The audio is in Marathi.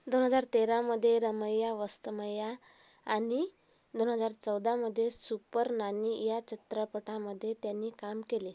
दोन हजार तेरामध्ये रमैय्या वस्तमय्या आणि दोन हजार चौदामध्ये सुपर नानी या चित्रपटांमध्ये त्यांनी काम केले